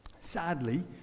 Sadly